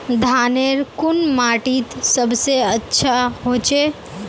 धानेर कुन माटित सबसे अच्छा होचे?